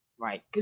Right